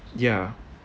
ya